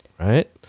Right